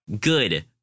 good